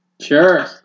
sure